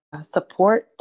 support